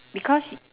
because